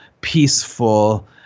peaceful